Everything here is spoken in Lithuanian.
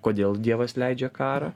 kodėl dievas leidžia karą